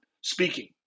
speaking